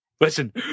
listen